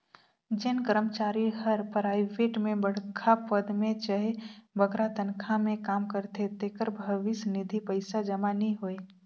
जेन करमचारी हर पराइबेट में बड़खा पद में चहे बगरा तनखा में काम करथे तेकर भविस निधि पइसा जमा नी होए